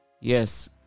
yes